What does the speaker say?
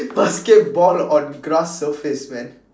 basketball on grass surface man